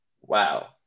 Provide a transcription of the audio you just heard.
Wow